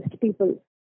people